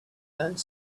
done